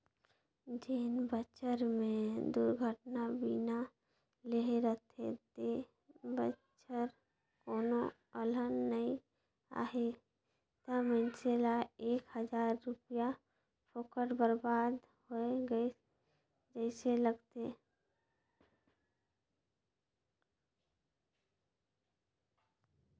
जेन बच्छर मे दुरघटना बीमा लेहे रथे ते बच्छर कोनो अलहन नइ आही त मइनसे ल एक हजार रूपिया फोकट बरबाद होय गइस जइसे लागथें